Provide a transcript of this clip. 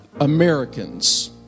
Americans